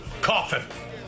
coffin